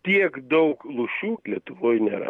tiek daug lūšių lietuvoj nėra